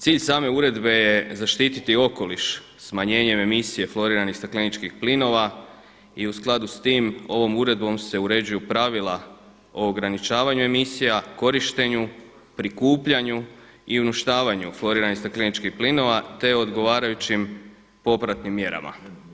Cilj same uredbe je zaštititi okoliš smanjenjem emisije floriranih stakleničkih plinova i u skladu s tim ovom uredbom se uređuju pravila o ograničavanju emisija, korištenju, prikupljanju i uništavanju floriranih stakleničkih plinova, te odgovarajućim popratnim mjerama.